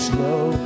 Slow